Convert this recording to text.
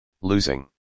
losing